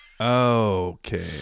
Okay